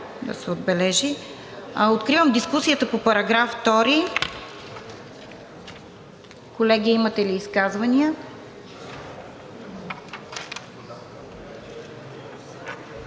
да се отбележи. Откривам дискусията по § 2. Колеги, имате ли изказвания?